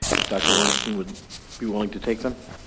if dr. orenstein would be willing to take them.